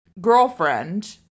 girlfriend